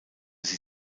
sie